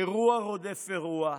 אירוע רודף אירוע.